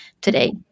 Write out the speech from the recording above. today